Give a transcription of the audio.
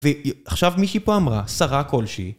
ועכשיו מי שהיא פה אמרה, שרה כלשהי